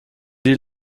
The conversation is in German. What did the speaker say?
die